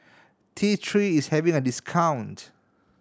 T Three is having a discount